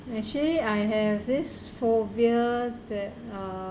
actually I have this phobia that uh